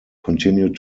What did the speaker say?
continued